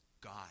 God